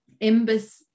Imbus